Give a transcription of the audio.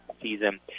season